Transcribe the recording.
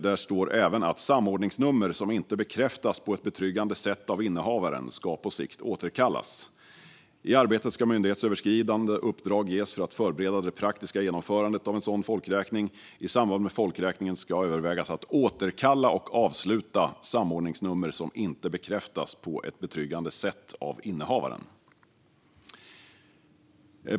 Där står även att samordningsnummer som inte bekräftas på ett betryggande sätt av innehavaren på sikt ska återkallas. I arbetet ska myndighetsöverskridande uppdrag ges för att förbereda det praktiska genomförandet av en sådan folkräkning. I samband med folkräkningen ska övervägas att återkalla och avsluta samordningsnummer som inte på ett betryggande sätt bekräftas av innehavaren.